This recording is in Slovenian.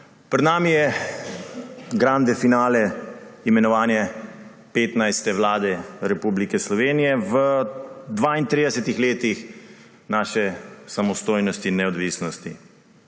Pred nami je grande finale, imenovanje 15. Vlade Republike Slovenije v 32 letih naše samostojnosti in neodvisnosti.